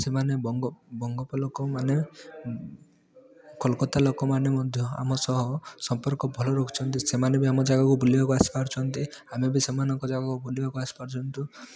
ସେମାନେ ବଙ୍ଗୋପ ବଙ୍ଗୋପ ଲୋକମାନେ କୋଲକାତା ଲୋକମାନେ ମଧ୍ୟ ଆମ ସହ ସମ୍ପର୍କ ଭଲ ରଖୁଛନ୍ତି ସେମାନେ ବି ଆମ ଜାଗାକୁ ବୁଲିବାକୁ ଆସିପାରୁଛନ୍ତି ଆମେ ବି ସେମାନଙ୍କ ଜାଗାକୁ ବୁଲିବାକୁ ଆସିପାରୁଛନ୍ତି